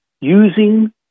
using